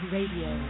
Radio